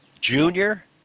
Junior